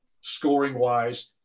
scoring-wise